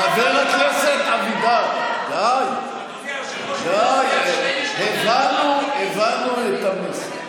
חבר הכנסת אבידר, די, הבנו את המסר,